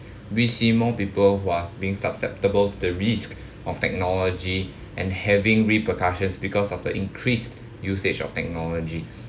we see more people was being susceptible to the risk of technology and having repercussions because of the increased usage of technology